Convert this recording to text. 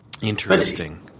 Interesting